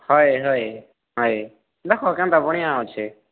ହଏ ହଏ ହଏ ଦେଖ କେନ୍ତା ବନ୍ହି ଆ ଅଛେ